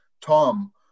Tom